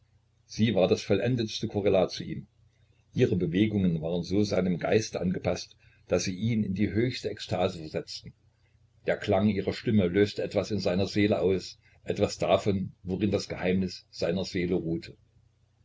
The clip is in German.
sie war das vollendetste korrelat zu ihm ihre bewegungen waren so seinem geiste angepaßt daß sie ihn in die höchste ekstase versetzten der klang ihrer stimme löste etwas in seiner seele aus etwas davon worin das geheimnis seiner seele ruhte